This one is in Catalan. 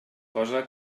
cosa